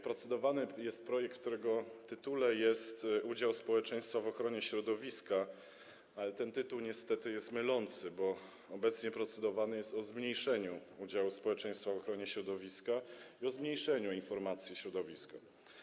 Procedowany jest projekt, w którego tytule jest udział społeczeństwa w ochronie środowiska, ale ten tytuł niestety jest mylący, bo ten obecnie procedowany jest o zmniejszeniu udziału społeczeństwa w ochronie środowiska i o zmniejszeniu informacji o środowisku.